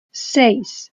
seis